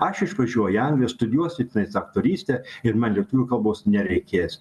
aš išvažiuoju į angliją studijuosiu tenais aktorystę ir man lietuvių kalbos nereikės